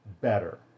better